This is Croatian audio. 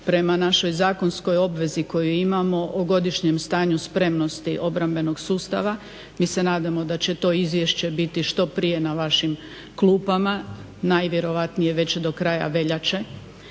prema našoj zakonskoj obvezi koju imamo o godišnjem stanju spremnosti obrambenog sustava. Mi se nadamo da će to izvješće biti što prije na vašim klupama, najvjerojatnije već do kraja veljače,